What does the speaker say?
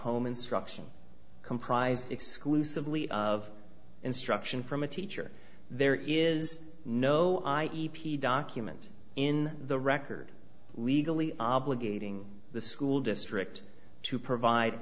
home instruction comprised exclusively of instruction from a teacher there is no i e p document in the record legally obligating the school district to provide